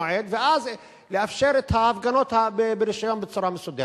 ואז לאפשר את ההפגנות ברשיון בצורה מסודרת?